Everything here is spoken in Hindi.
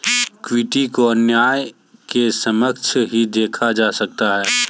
इक्विटी को न्याय के समक्ष ही देखा जा सकता है